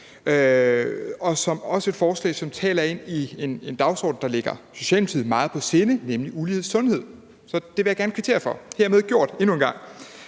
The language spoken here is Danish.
som også er et forslag, som taler ind i en dagsorden, der ligger Socialdemokratiet meget på sinde, nemlig ulighed i sundhed. Så det vil jeg gerne kvittere for, og det er hermed gjort endnu en gang.